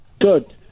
Good